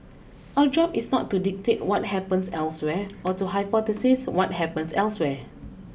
our job is not to dictate what happens elsewhere or to hypothesise what happens elsewhere